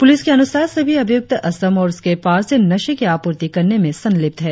police के अनुसार सभी अभियुक्त असम और उसके पार से नशे की आपूर्ती करने में संलिप्त है